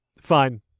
fine